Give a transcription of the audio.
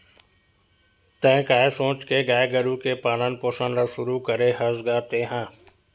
त काय सोच के गाय गरु के पालन पोसन ल शुरू करे हस गा तेंहा?